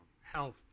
health